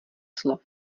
slov